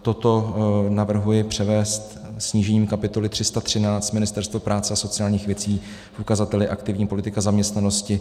Toto navrhuji převést snížením kapitoly 313 Ministerstvo práce a sociálních věcí v ukazateli aktivní politika zaměstnanosti.